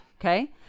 Okay